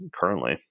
currently